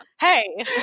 Hey